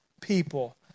people